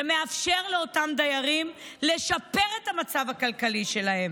שמאפשר לאותם דיירים לשפר את המצב הכלכלי שלהם,